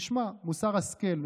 תשמע, מוסר השכל,